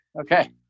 Okay